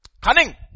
Cunning